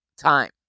time